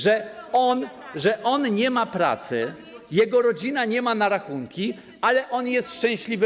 Że on nie ma pracy, jego rodzina nie ma na rachunki, ale on jest szczęśliwy.